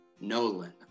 Nolan